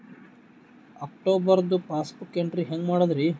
ಅಕ್ಟೋಬರ್ದು passbook entry ಹೆಂಗ್ ಮಾಡದ್ರಿ?